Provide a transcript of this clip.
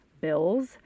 bills